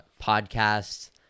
podcasts